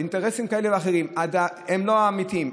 שאינטרסים כאלה ואחרים הם לא האמיתיים,